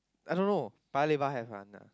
I don't know Paya-Lebar have one ah